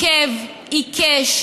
היום כ"א בתמוז התשע"ח,